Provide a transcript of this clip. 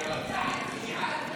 התשפ"ג 2023,